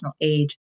age